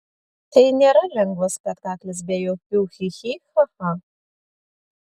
tai nėra lengvas spektaklis be jokių chi chi cha cha